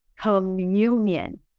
communion